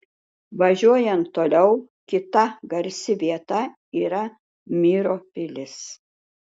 važiuojant toliau kita garsi vieta yra myro pilis